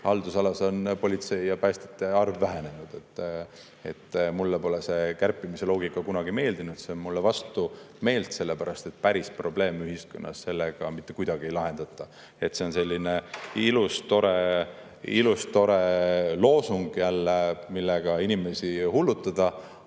haldusalas on politseinike ja päästjate arv vähenenud. Mulle pole see kärpimise loogika kunagi meeldinud. See on mulle vastumeelt, sellepärast et päris probleeme ühiskonnas sellega mitte kuidagi ei lahendata. See on jälle selline ilus, tore loosung, millega inimesi hullutada,